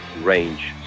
range